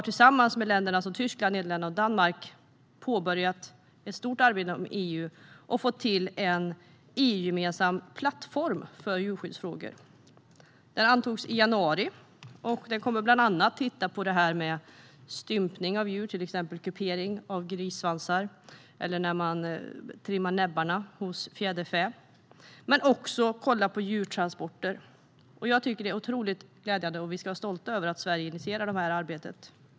Tillsammans med länder som Tyskland, Nederländerna och Danmark har vi påbörjat ett stort arbete inom EU för att få en EU-gemensam plattform för djurskyddsfrågor till stånd. Denna antogs i januari, och den kommer bland annat att titta på frågan om stympning av djur, till exempel kupering av grissvansar och näbbtrimning hos fjäderfä, och på djurtransporter. Jag tycker att det här är otroligt glädjande, och vi ska vara stolta över att Sverige har initierat ett sådant arbete.